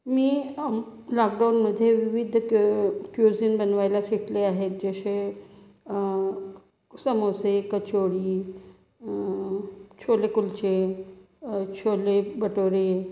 मी लॉकडाउनमध्ये विविध cu cuisine बनवायला शिकले आहे जसे समोसे कचोडी छोले कुलचे छोले भटुरे